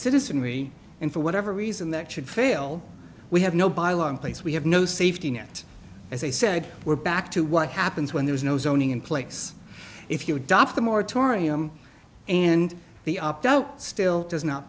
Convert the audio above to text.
citizenry and for whatever reason that should fail we have no by a long place we have no safety net as i said we're back to what happens when there is no zoning in place if you adopt a moratorium and the opt out still does not